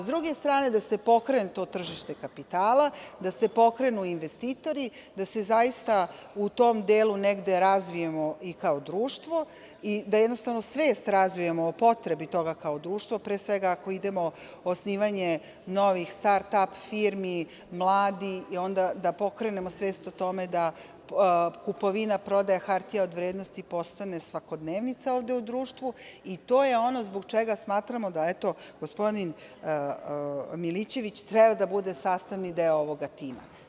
S druge strane, da se pokrene to tržište kapitala, da se pokrenu investitori, da se zaista u tom delu negde razvijemo i kao društvo i da jednostavno razvijemo svest o potrebi toga kao društvo, pre svega, ako idemo u osnivanje novih start ap firmi, mladi, da pokrenemo svest o tome da kupovina prodaja hartija od vrednosti postane svakodnevnica ovde u društvu i to je ono zbog čega smatramo da gospodin Milićević treba da bude sastavni deo ovoga tima.